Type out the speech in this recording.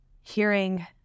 hearing